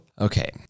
okay